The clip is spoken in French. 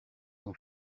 son